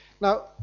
Now